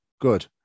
good